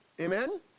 Amen